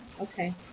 Okay